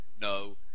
no